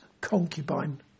concubine